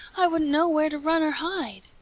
i wouldn't know where to run or hide.